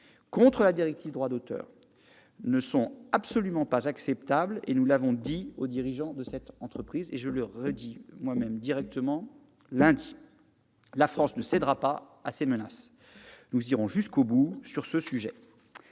contre la directive Droit d'auteur ne sont absolument pas acceptables. Nous l'avons dit aux dirigeants de cette entreprise. Je le leur ai dit moi-même lundi. La France ne cédera pas à ces menaces. Nous irons jusqu'au bout sur ce sujet.